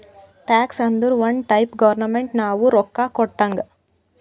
tax ಅಂದುರ್ ಒಂದ್ type government ನಾವು ರೊಕ್ಕಾ ಕೊಟ್ಟಂಗ್